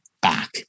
back